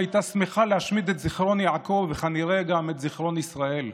שהייתה שמחה להשמיד את זיכרון יעקב וכנראה גם את זיכרון ישראל.